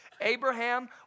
Abraham